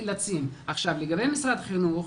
לגבי משרד החינוך,